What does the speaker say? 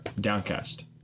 Downcast